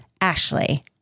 Ashley